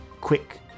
quick